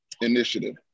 initiative